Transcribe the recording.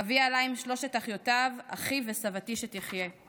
אבי עלה עם שלוש אחיותיו, אחיו וסבתי שתחיה.